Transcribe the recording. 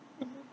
mmhmm